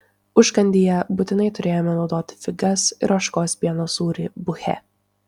užkandyje būtinai turėjome naudoti figas ir ožkos pieno sūrį buche